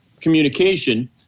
communication